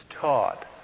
taught